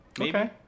okay